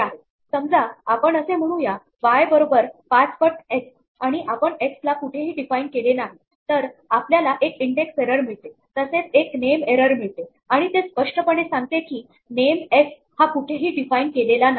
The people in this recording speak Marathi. समजा आपण असे म्हणूया y बरोबर 5 पट x आणि आपण x ला कुठेही डिफाइन केले नाही तर आपल्याला एक इंडेक्स एरर मिळते तसेच एक नेम एरर मिळते आणि ते स्पष्टपणे सांगते की नेम एक्स हा कुठेही डिफाइन केलेला नाही